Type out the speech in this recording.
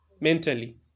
mentally